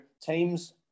teams